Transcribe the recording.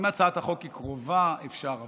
אם הצעת החוק היא קרובה אז אפשר.